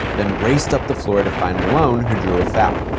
then raced up the floor to find malone, who drew a foul.